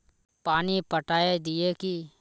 पानी पटाय दिये की?